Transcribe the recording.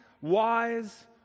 wise